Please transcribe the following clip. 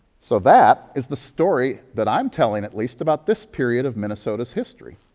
so that is the story that i'm telling, at least, about this period of minnesota's history.